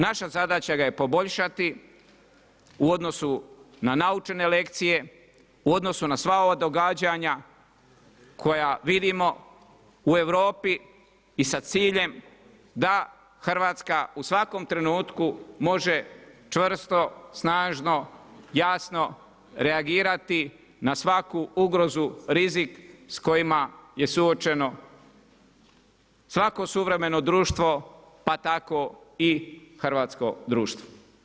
Naša zadaća ga je poboljšati u odnosu na naučene lekcije, u odnosu na sva ova događanja koja vidimo u Europi i sa ciljem da Hrvatska u svakom trenutku može čvrsto, snažno, jasno reagirati na svaku ugrozu rizik s kojima je suočeno svako suvremeno društvo, pa tako i hrvatsko društvo.